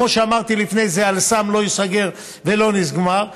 כמו שאמרתי לפני זה שאל-סם לא ייסגר ולא נסגר,